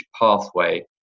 pathway